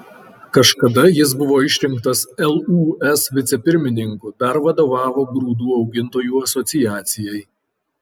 kažkada jis buvo išrinktas lūs vicepirmininku dar vadovavo grūdų augintojų asociacijai